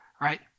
right